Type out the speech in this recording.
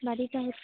বাড়িটা হচ্ছে